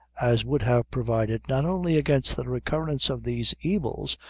as would have provided not only against the recurrence of these evils,